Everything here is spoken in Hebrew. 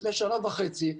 לפני שנה וחצי,